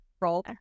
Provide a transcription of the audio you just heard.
roll